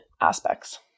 aspects